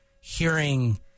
hearing